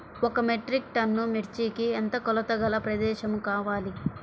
ఒక metric tonne మిర్చికి ఎంత కొలతగల ప్రదేశము కావాలీ?